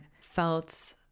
felt